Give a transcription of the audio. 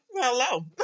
Hello